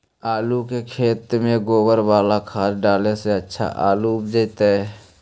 आलु के खेत में गोबर बाला खाद डाले से अच्छा आलु उपजतै?